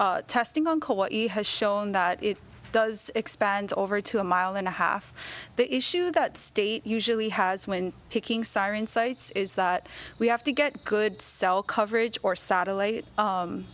testing on what he has shown that it does expand over to a mile and a half the issue that state usually has when picking siren sites is that we have to get good cell coverage or satellite